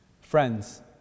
Friends